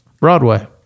Broadway